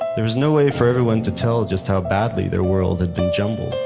there was no way for everyone to tell just how badly their world had been jumbled.